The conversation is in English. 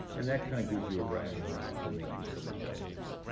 and that kind of gives you a rationale for making some adjustments.